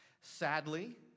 Sadly